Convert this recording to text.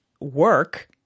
work